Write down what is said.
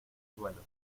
duelo